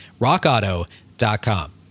rockauto.com